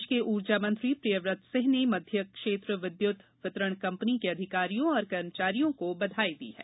प्रदेश के ऊर्जा मंत्री प्रियव्रत सिंह ने मध्य क्षेत्र विद्युत वितरण कंपनी के अधिकारियों और कर्मचारियों को बधाई दी है